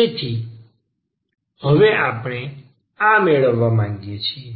તેથી હવે આપણે આ મેળવવા માંગીએ છીએ